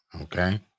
okay